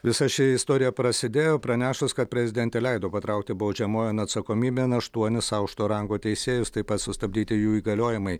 visa ši istorija prasidėjo pranešus kad prezidentė leido patraukti baudžiamojon atsakomybėn aštuonis aukšto rango teisėjus taip pat sustabdyti jų įgaliojimai